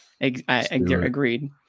Agreed